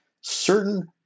certain